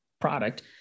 product